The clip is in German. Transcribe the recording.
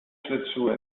schlittschuhe